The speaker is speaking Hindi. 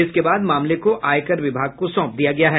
इसके बाद मामले को आयकर विभाग को सौंप दिया गया है